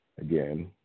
Again